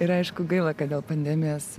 ir aišku gaila kad dėl pandemijos